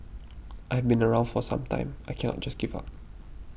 I've been around for some time I can not just give up